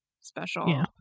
special